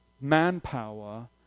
manpower